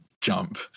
jump